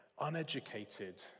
uneducated